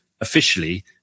officially